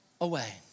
away